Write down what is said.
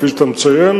כפי שאתה מציין.